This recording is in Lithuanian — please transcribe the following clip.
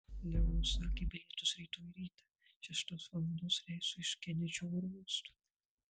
leo užsakė bilietus rytoj rytą šeštos valandos reisu iš kenedžio oro uosto